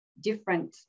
different